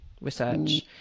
research